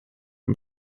dem